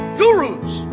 gurus